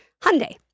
Hyundai